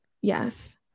Yes